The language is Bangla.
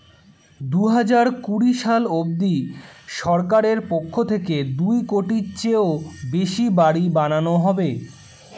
দুহাজার কুড়ি সাল অবধি সরকারের পক্ষ থেকে দুই কোটির চেয়েও বেশি বাড়ি বানানো হবে